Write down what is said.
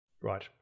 Right